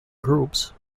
groups